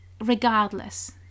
regardless